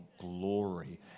glory